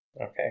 Okay